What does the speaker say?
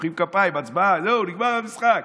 מוחאים כפיים, הצבעה, זהו, נגמר המשחק.